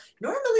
normally